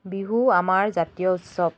বিহু আমাৰ জাতীয় উৎসৱ